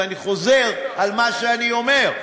ואני חוזר על מה שאני אומר,